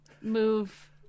Move